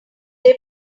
they